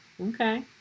Okay